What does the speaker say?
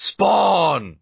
Spawn